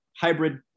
hybrid